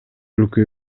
өлкө